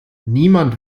niemand